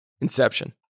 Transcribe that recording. Inception